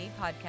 podcast